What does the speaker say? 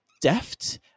deft